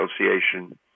Association